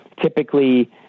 typically